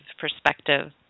perspective